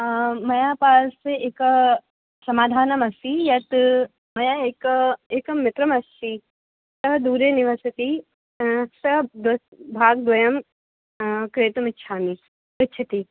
मम पार्श्वे एकं समाधानम् अस्ति यत् मया एक एकं मित्रम् अस्ति सः दूरे निवसति सः भागद्वयं क्रेतुं इच्छामि इच्छति